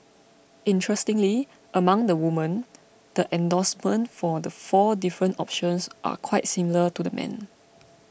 interestingly among the women the endorsement for the four different options are quite similar to the men